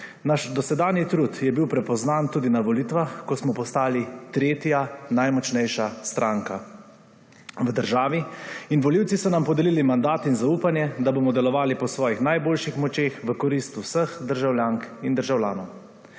Naš dosedanji trud je bil prepoznan tudi na volitvah, ko smo postali tretja najmočnejša stranka v državi. Volivci so nam podelili mandat in zaupanje, da bomo delovali po svojih najboljših močeh v korist vseh državljank in državljanov.